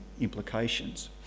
implications